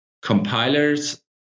compilers